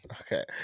Okay